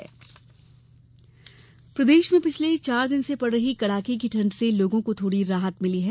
मौसम प्रदेश में पिछले चार दिन से पड़ रही कड़ाके की ठंड से लोगों को थोड़ी राहत मिली है